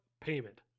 payment